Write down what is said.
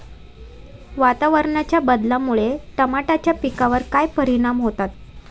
वातावरणाच्या बदलामुळे टमाट्याच्या पिकावर काय परिणाम होतो?